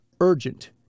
Urgent